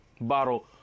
bottle